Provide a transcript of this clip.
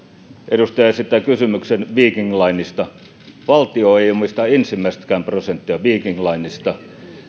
edustaja esittää kysymyksen viking linesta valtio ei omista ensimmäistäkään prosenttia viking linesta